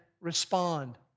respond